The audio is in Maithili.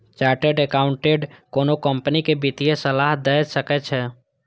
चार्टेड एकाउंटेंट कोनो कंपनी कें वित्तीय सलाह दए सकै छै